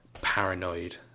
paranoid